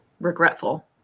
regretful